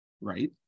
Right